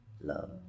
love